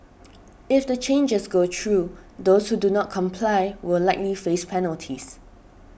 if the changes go through those who do not comply will likely face penalties